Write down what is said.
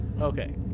Okay